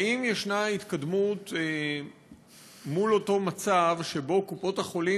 האם יש התקדמות מול אותו מצב שבו קופות-החולים,